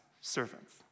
servants